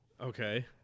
Okay